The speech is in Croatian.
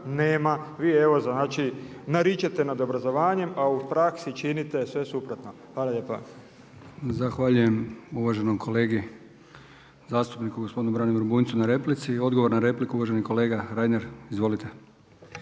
nema. Vi evo znači naričete nad obrazovanjem a u praksi činite sve suprotno. Hvala lijepa. **Brkić, Milijan (HDZ)** Zahvaljujem uvaženom kolegi zastupniku gospodinu Branimiru Bunjcu na replici. Odgovor na repliku uvaženi kolega Reiner. Izvolite.